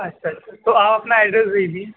اچھا اچھا تو آپ اپنا ایڈریس بھیج دیجیے